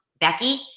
Becky